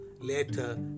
later